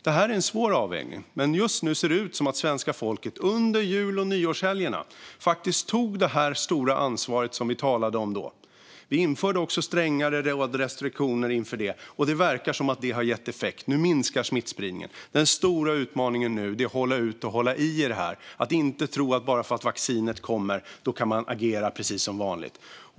Det här är en svår avvägning, men just nu ser det ut som att svenska folket under jul och nyårshelgerna faktiskt tog det stora ansvar som vi talade om då. Vi införde också strängare restriktioner inför detta, och det verkar som att det har gett effekt, för nu minskar smittspridningen. Den stora utmaningen nu är att hålla ut och hålla i och inte tro att bara för att vaccinet kommer kan man agera precis som vanligt.